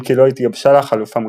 אם כי לא התגבשה לה חלופה מוסכמת.